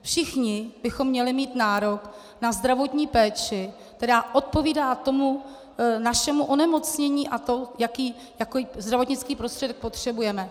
Všichni bychom měli mít nárok na zdravotní péči, která odpovídá tomu našemu onemocnění a tomu, jaký zdravotnický prostředek potřebujeme.